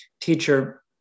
teacher